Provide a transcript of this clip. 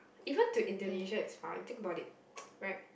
even to Indonesia it's far you think about it right